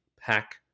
pack